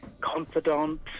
confidant